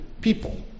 people